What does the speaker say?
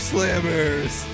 Slammers